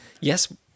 Yes